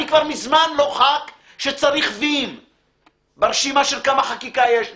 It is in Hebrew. אני כבר מזמן לא ח"כ שצריך וי ברשימה של כמה חקיקה יש לי.